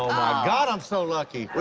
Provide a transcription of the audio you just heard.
god, i'm so lucky.